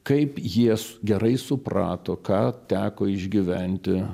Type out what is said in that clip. kaip jie su gerai suprato ką teko išgyventi